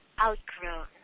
outgrown